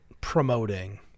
promoting